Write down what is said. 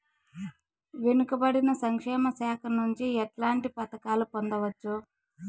వెనుక పడిన సంక్షేమ శాఖ నుంచి ఎట్లాంటి పథకాలు పొందవచ్చు?